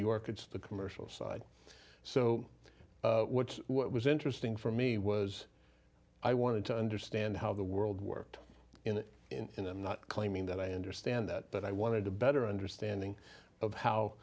york it's the commercial side so what what was interesting for me was i wanted to understand how the world worked in it in i'm not claiming that i understand that but i wanted to better understanding of how